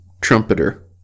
trumpeter